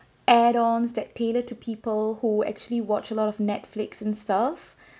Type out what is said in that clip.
add on that tailor to people who actually watch a lot of Netflix and stuff